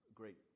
great